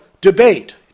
debate